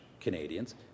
Canadians